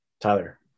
Tyler